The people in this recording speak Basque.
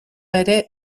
ere